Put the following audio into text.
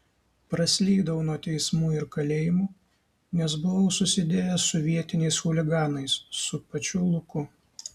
praslydau nuo teismų ir kalėjimų nes buvau susidėjęs su vietiniais chuliganais su pačiu luku